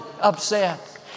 upset